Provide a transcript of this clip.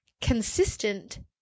consistent